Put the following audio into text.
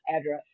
address